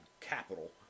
capital